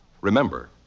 Remember